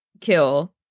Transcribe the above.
Kill